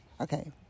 Okay